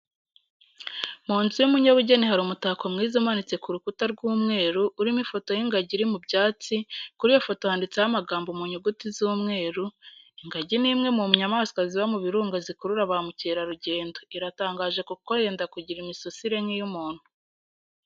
Mu nzu y'umunyabugeni hari umutako mwiza umanitse ku rukuta rw'umweru, urimo ifoto y'ingagi iri mu byatsi, kuri iyo foto handitseo amagambo mu nyuguti z'umweru, ingagi ni imwe mu nyamaswa ziba mu birunga zikurura ba mukerarugendo, iratangaje kuko yenda kugira imisusire nk'iy'umuntu.